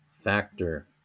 factor